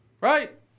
right